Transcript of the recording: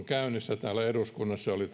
käynnissä ja talousvaliokunnassa oli